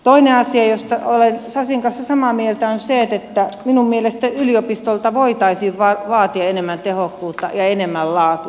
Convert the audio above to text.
toinen asia josta olen sasin kanssa samaa mieltä on se että minun mielestäni yliopistoilta voitaisiin vaatia enemmän tehokkuutta ja enemmän laatua